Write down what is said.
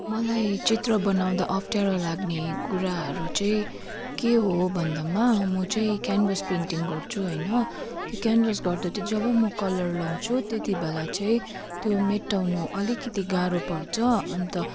मलाई चित्र बनाउँदा अप्ठ्यारो लाग्ने कुराहरू चाहिँ के हो भन्दामा म चाहिँ क्यान्भस पेन्टिङ गर्छु होइन त्यो क्यान्भस गर्दा चाहिँ जब म कलर लाउँछु त्यतिबेला चाहिँ त्यो मेटाउनु अलिकति गाह्रो पर्छ अन्त